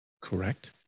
correct